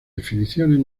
definiciones